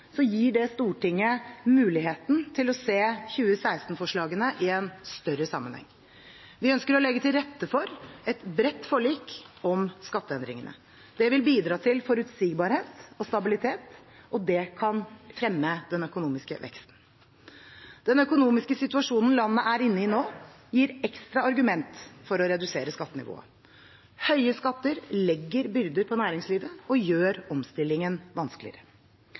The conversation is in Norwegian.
gir det Stortinget mulighet til å se 2016-forslagene i en større sammenheng. Vi ønsker å legge til rette for et bredt forlik om skatteendringene. Det vil bidra til forutsigbarhet og stabilitet. Det kan fremme den økonomiske veksten. Den økonomiske situasjonen landet er inne i nå, gir ekstra argument for å redusere skattenivået. Høye skatter legger byrder på næringslivet og gjør omstillingen vanskeligere.